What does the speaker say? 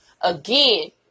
Again